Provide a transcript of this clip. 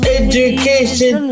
education